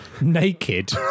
naked